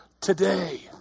today